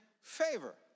favor